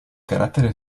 carattere